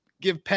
Give